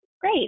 Great